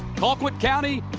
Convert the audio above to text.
colquitt county,